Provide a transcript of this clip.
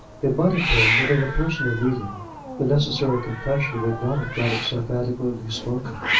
it might have been that in a personal meeting the necessary confession would not have got itself adequately spoken.